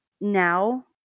now